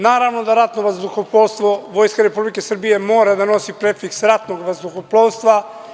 Naravno da ratno vazduhoplovstvo Vojske Republike Srbije mora da nosi prefiks ratnog vazduhoplovstva.